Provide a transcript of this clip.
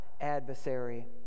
adversary